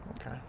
okay